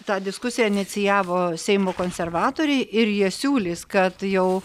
tą diskusiją inicijavo seimo konservatoriai ir jie siūlys kad jau